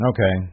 Okay